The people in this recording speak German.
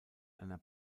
einer